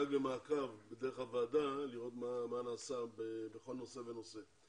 נדאג למעקב דרך הוועדה כדי לראות מה נעשה בכל נושא ונושא.